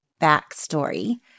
backstory